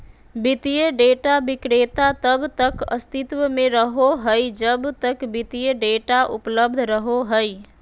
वित्तीय डेटा विक्रेता तब तक अस्तित्व में रहो हइ जब तक वित्तीय डेटा उपलब्ध रहो हइ